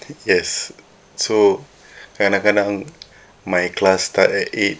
yes so kadang-kadang my class start at eight